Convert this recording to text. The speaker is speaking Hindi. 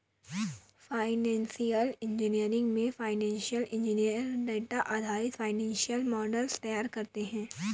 फाइनेंशियल इंजीनियरिंग में फाइनेंशियल इंजीनियर डेटा आधारित फाइनेंशियल मॉडल्स तैयार करते है